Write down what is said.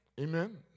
Amen